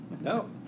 No